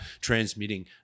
transmitting